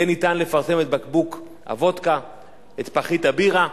יהיה ניתן לפרסם את בקבוק הוודקה, את פחית הבירה,